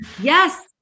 Yes